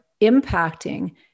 impacting